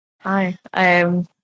Hi